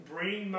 Bring